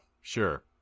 sure